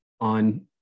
on